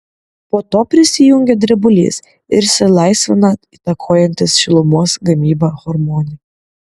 po to prisijungia drebulys ir išsilaisvina įtakojantys šilumos gamybą hormonai